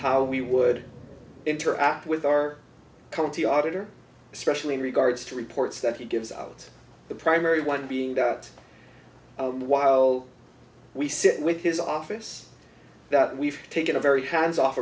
how we would interact with our county auditor especially in regards to reports that he gives out the primary one being that while we sit with his office that we've taken a very hands off